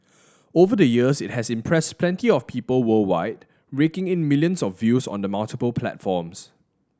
over the years it has impressed plenty of people worldwide raking in millions of views on the multiple platforms